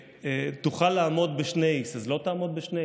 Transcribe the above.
ותוכל לעמוד ב-2x, אז לא תעמוד ב-2x?